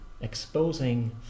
Exposing